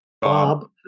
Bob